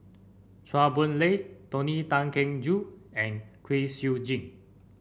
Chua Boon Lay Tony Tan Keng Joo and Kwek Siew Jin